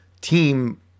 team